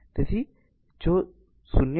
તેથી જો 0